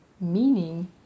meaning